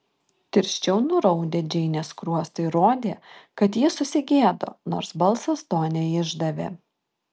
tirščiau nuraudę džeinės skruostai rodė kad ji susigėdo nors balsas to neišdavė